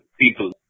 people